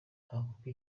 hakorwa